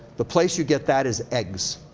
the place you get that is eggs.